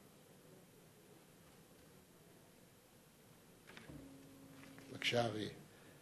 בבקשה, אריה.